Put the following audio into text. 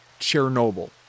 Chernobyl